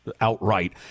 outright